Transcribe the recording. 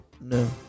No